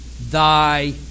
thy